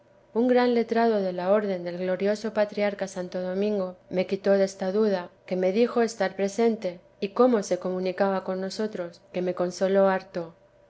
un gran letrado de la orden del glorioso patriarca santo domingo me quitó desta duda que me dijo estar presente y cómo se comunicaba con nosotros que me consoló harto